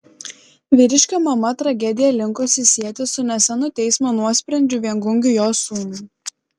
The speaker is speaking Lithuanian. vyriškio mama tragediją linkusi sieti su nesenu teismo nuosprendžiu viengungiui jos sūnui